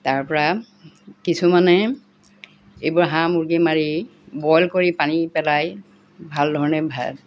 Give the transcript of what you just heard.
তাৰ পৰা কিছুমানে এইবোৰ হাঁহ মুৰ্গী মাৰি বইল কৰি পানী পেলাই ভাল ধৰণে ভাল